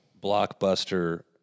blockbuster